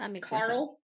Carl